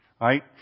Right